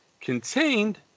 contained